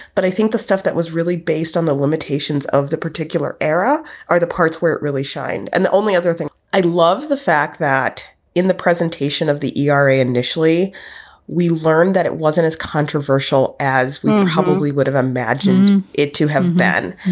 but i think the stuff that was really based on the limitations of the particular era are the parts where it really shined and the only other thing i love, the fact that in the presentation of the e r, initially we learned that it wasn't as controversial as we probably would have imagined it to have been,